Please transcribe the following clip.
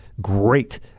great